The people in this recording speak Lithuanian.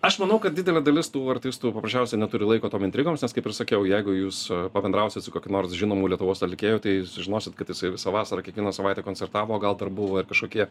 aš manau kad didelė dalis tų artistų paprasčiausiai neturi laiko tom intrigoms nes kaip ir sakiau jeigu jūs pabendrausit su kokiu nors žinomu lietuvos atlikėju tai sužinosit kad jisai visą vasarą kiekvieną savaitę koncertavo gal dar buvo ir kažkokie